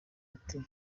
ati